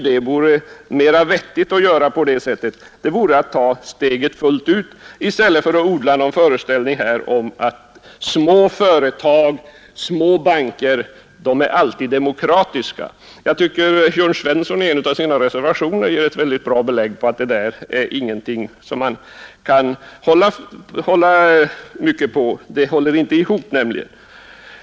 Det vore mer vettigt att man då tog steget fullt ut i stället för att odla föreställningen att små banker och små företag alltid är demokratiska. Jag tycker att Jörn Svensson i en av sina reservationer ger ett bra belägg för att detta resonemang inte går ihop.